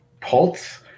pulse